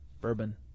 bourbon